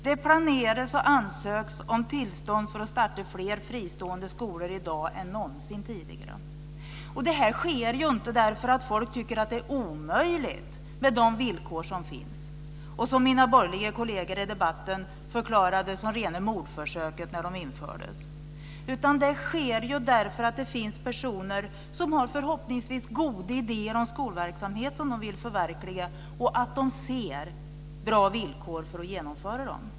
Det planeras och ansöks om tillstånd för att starta fler fristående skolor i dag än någonsin tidigare. Det sker ju inte därför att folk tycker att det är omöjligt med de villkor som finns och som mina borgerliga kollegor i debatten förklarade som rena mordförsöket när de infördes. Det sker därför att det finns personer som har, förhoppningsvis, goda idéer om skolverksamhet som de vill förverkliga och att de ser bra villkor för att genomföra dem.